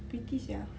pity sia